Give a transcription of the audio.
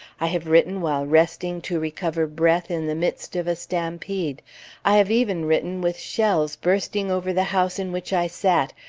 i have written while resting to recover breath in the midst of a stampede i have even written with shells bursting over the house in which i sat,